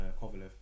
Kovalev